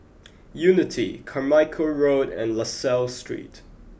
Unity Carmichael Road and La Salle Street